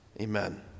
Amen